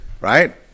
Right